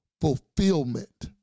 fulfillment